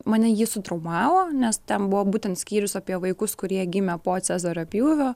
mane jis traumavo nes ten buvo būtent skyrius apie vaikus kurie gimė po cezario pjūvio